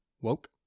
Woke